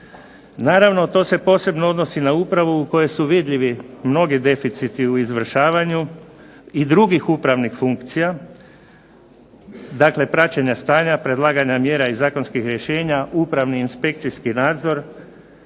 Naravno to se posebno odnosi na upravu u kojoj su vidljivi mnogi deficiti u izvršavanju i drugih upravnih funkcija. Dakle, praćenja stanja, predlaganja mjera i zakonskih rješenja, upravni inspekcijski nadzor,